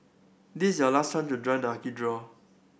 this is your last chance to join the lucky draw